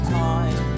time